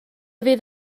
fydd